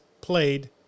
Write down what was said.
played